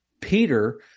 Peter